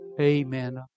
Amen